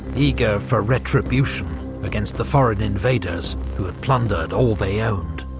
eager for retribution against the foreign invaders who'd plundered all they owned.